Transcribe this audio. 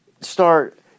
start